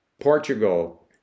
Portugal